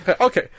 Okay